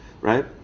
Right